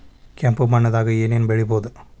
ಕೆಂಪು ಮಣ್ಣದಾಗ ಏನ್ ಏನ್ ಬೆಳಿಬೊದು?